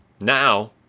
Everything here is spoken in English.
Now